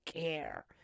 care